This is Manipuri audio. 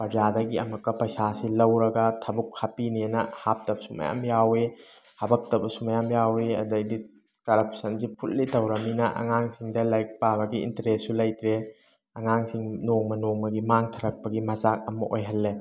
ꯄ꯭ꯔꯖꯥꯗꯒꯤ ꯑꯃꯨꯛꯀ ꯄꯩꯁꯥꯁꯤ ꯂꯧꯔꯒ ꯊꯕꯛ ꯍꯥꯞꯄꯤꯅꯦꯅ ꯍꯥꯞꯇꯕꯁꯨ ꯃꯌꯥꯝ ꯌꯥꯎꯋꯤ ꯍꯥꯄꯛꯇꯕꯁꯨ ꯃꯌꯥꯝ ꯌꯥꯎꯋꯤ ꯑꯗꯩꯗꯤ ꯀꯔꯞꯁꯟꯁꯤ ꯐꯨꯜꯂꯤ ꯇꯧꯔꯕꯅꯤꯅ ꯑꯉꯥꯡꯁꯤꯡꯗ ꯂꯥꯏꯔꯤꯛ ꯄꯥꯕꯒꯤ ꯏꯟꯇꯔꯦꯁꯁꯨ ꯂꯩꯇ꯭ꯔꯦ ꯑꯉꯥꯡꯁꯤꯡ ꯅꯣꯡꯃ ꯅꯣꯡꯃꯥꯒꯤ ꯃꯥꯡꯊꯔꯛꯄꯒꯤ ꯃꯆꯥꯛ ꯑꯃ ꯑꯣꯏꯍꯜꯂꯦ